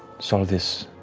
saw this